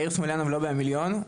יאיר סמוליאנוב, לובי המיליון.